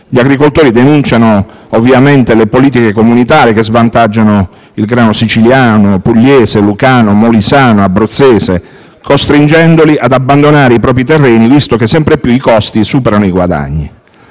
Gli agricoltori denunciano ovviamente le politiche comunitarie che svantaggiano il grano siciliano, pugliese, lucano, molisano e abruzzese, costringendoli ad abbandonare i propri terreni, visto che i costi superano sempre più